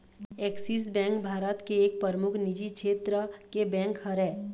Axis bank Bharat के एक परमुख निजी छेत्र के बेंक हरय